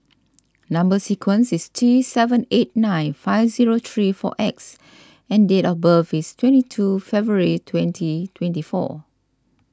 Number Sequence is T seven eight nine five zero three four X and date of birth is twenty two February twenty twenty four